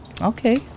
okay